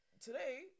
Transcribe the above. today